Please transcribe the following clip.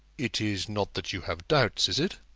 it is not that you have doubts, is it?